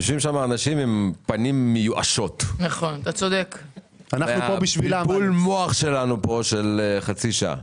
יושבים שם אנשים עם פנים מיואשות בשל בלבול המוח שלנו פה במשך חצי שעה.